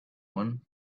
one